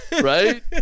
right